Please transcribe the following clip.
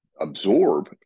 absorb